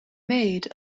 made